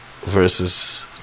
versus